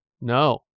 No